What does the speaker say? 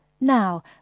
Now